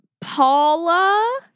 Paula